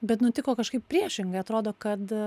bet nutiko kažkaip priešingai atrodo kad